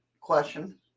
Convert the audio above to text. question